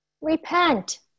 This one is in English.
repent